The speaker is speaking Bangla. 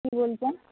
কি বলছেন